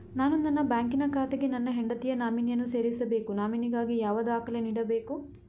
ನಾನು ನನ್ನ ಬ್ಯಾಂಕಿನ ಖಾತೆಗೆ ನನ್ನ ಹೆಂಡತಿಯ ನಾಮಿನಿಯನ್ನು ಸೇರಿಸಬೇಕು ನಾಮಿನಿಗಾಗಿ ಯಾವ ದಾಖಲೆ ನೀಡಬೇಕು?